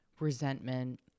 resentment